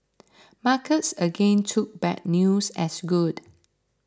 markets again took bad news as good